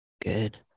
Good